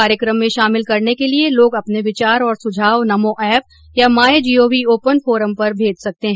कार्यक्रम में शामिल करने के लिए लोग अपने विचार और सुझाव नमो एप या माई जीओवी ओपन फोरम पर भेज सकते हैं